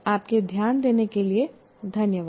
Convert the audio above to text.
आपके ध्यान देने के लिए धन्यवाद